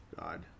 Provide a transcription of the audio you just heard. God